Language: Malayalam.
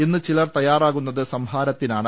ഇന്ന് ചിലർ തയ്യാറാകുന്നത് സംഹാരത്തിനാണ്